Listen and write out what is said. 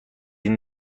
این